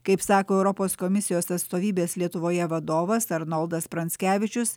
kaip sako europos komisijos atstovybės lietuvoje vadovas arnoldas pranckevičius